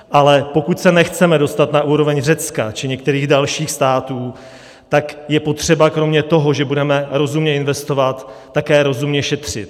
Ale pokud se nechceme dostat na úroveň Řecka či některých dalších států, tak je potřeba kromě toho, že budeme rozumně investovat, také rozumně šetřit.